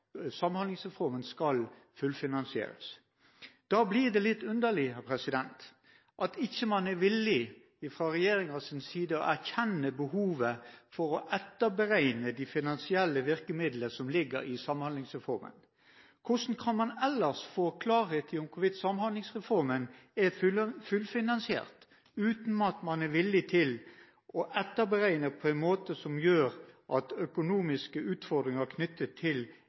Samhandlingsreformen skal fullfinansieres. Da blir det litt underlig at man ikke fra regjeringens side er villig til å erkjenne behovet for å etterberegne de finansielle virkemidlene som ligger i Samhandlingsreformen. Hvordan skal man få klarhet i hvorvidt Samhandlingsreformen er fullfinansiert hvis man ikke er villig til å etterberegne på en måte som gjør at økonomiske utfordringer knyttet til